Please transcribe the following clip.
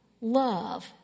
love